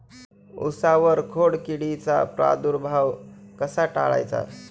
उसावर खोडकिडीचा प्रादुर्भाव कसा टाळायचा?